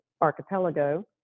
archipelago